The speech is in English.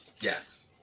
Yes